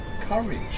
courage